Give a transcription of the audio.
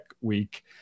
week